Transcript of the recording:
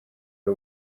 ari